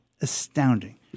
astounding